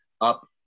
up